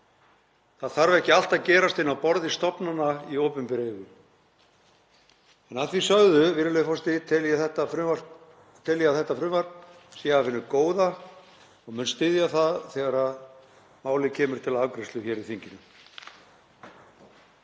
Það þarf ekki allt að gerast inni á borði stofnana í opinberri eigu. Að því sögðu, virðulegur forseti, tel ég að þetta frumvarp sé af hinu góða og mun styðja það þegar málið kemur til afgreiðslu í þinginu.